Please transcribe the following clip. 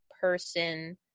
person